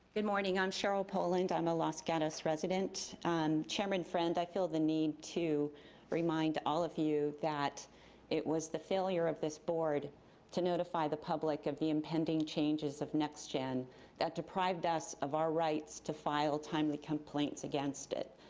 good morning, i'm cheryl poland. i'm a los gatos resident. and chairman friend, i feel the need to bring to mind all of you that it was the failure of this board to notify the public of the impending changes of next gen that deprived us of our rights to file timely complaints against it.